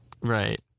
Right